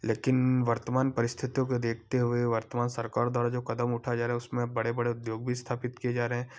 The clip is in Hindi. लेकिन वर्तमान परिस्थियों को देखते हुए वर्तमान सरकार द्वारा जो कदम उठाया जा रहे हैं उसमें अब बड़े बड़े उद्योग भी स्थापित किए जा रहे हैं